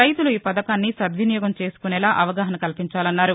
రైతులు ఈ పధకాన్ని సద్వినియోగం చేసుకునేలా అవగాహనా కల్పించాలన్నారు